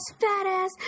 fat-ass